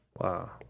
Wow